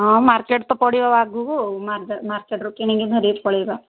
ହଁ ମାର୍କେଟ୍ ତ ପଡ଼ିବ ଆଗକୁ ଆଉ ମାର୍କେଟ୍ରୁ କିଣିକି ଧରିକି ପଳେଇବା